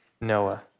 Noah